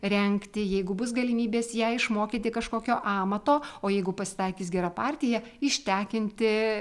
rengti jeigu bus galimybės ją išmokyti kažkokio amato o jeigu pasitaikys gera partija ištekinti